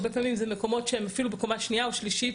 הרבה פעמים זה מקומות שהם אפילו בקומה שנייה או שלישית